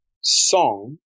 song